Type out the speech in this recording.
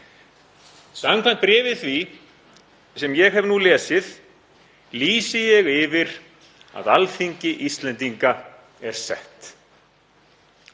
Samkvæmt bréfi því sem ég hef nú lesið lýsi ég yfir að Alþingi Íslendinga er sett.